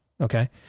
okay